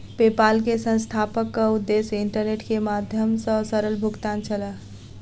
PayPal के संस्थापकक उद्देश्य इंटरनेटक माध्यम सॅ सरल भुगतान छल